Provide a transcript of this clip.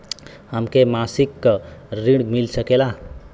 हमके मासिक ऋण मिल सकेला?